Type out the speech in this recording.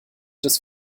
des